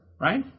right